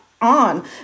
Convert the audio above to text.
on